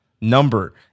number